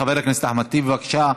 חבר הכנסת אחמד טיבי, בבקשה.